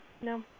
No